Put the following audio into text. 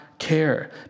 care